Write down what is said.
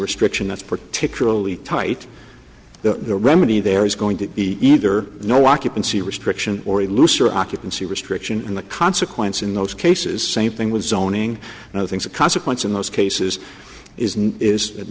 restriction that's particularly tight the remedy there is going to be either no occupancy restriction or a looser occupancy restriction and the consequence in those cases same thing with zoning and other things of consequence in those cases is not is that